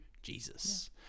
jesus